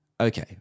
Okay